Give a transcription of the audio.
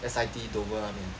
S_I_T dover 那边